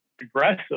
aggressive